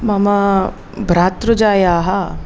मम भ्रातृजायायाः